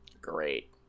Great